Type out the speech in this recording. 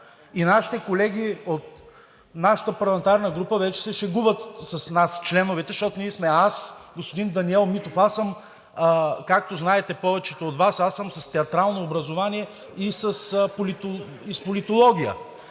И нашите колеги от нашата парламентарна група вече се шегуват с нас – членовете, защото ние сме аз, господин Даниел Митов. Както знаете, повечето от Вас, аз съм с театрално образование и с политология.